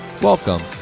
Welcome